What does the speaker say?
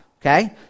okay